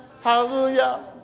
Hallelujah